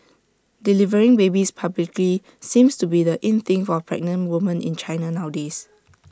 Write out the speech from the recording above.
delivering babies publicly seems to be the in thing for pregnant woman in China nowadays